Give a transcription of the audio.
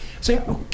Say